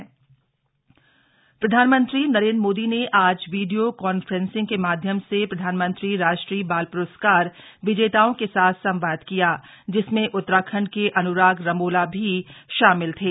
PM बाल पुरस्कार प्रधानमंत्री नरेन्द्र मोदी ने आज वीडियो कॉन्फ्रेंसिंग के माध्यम से प्रधानमंत्री राष्ट्रीय बाल प्रस्कार विजेताओं के साथ संवाद किया जिसमें उत्तराखंड के अन्राग रमोला भी शामिल थे